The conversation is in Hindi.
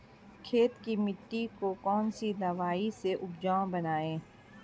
खेत की मिटी को कौन सी दवाई से उपजाऊ बनायें?